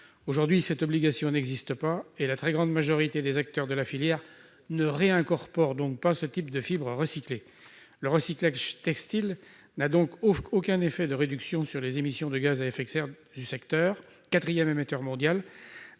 Aujourd'hui, cette obligation n'existe pas. La très grande majorité des acteurs de la filière ne réincorpore donc pas ce type de fibres recyclées. Le recyclage textile n'a donc aucun effet en matière de réduction des émissions de gaz à effet de serre du secteur, quatrième émetteur mondial,